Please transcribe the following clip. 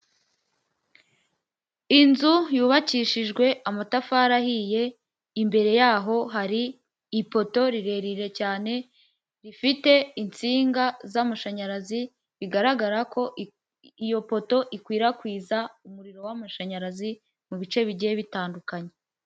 Inzu yubakishijwe amatafari ahiye imbere yaho hari ipoto rirerire cyane rifite insinga z'amashanyarazi bigaragara ko iyo poto ikwirakwiza umuriro w'amashanyarazi mu bice bigiye bitandukanye.